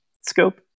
scope